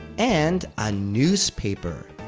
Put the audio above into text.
and a newspaper.